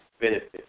benefit